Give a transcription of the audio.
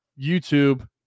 youtube